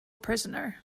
prisoner